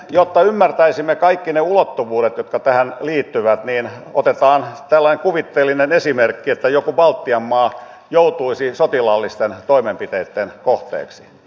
jotta ymmärtäisimme kaikki ne ulottuvuudet jotka tähän liittyvät otetaan tällainen kuvitteellinen esimerkki että joku baltian maa joutuisi sotilaallisten toimenpiteitten kohteeksi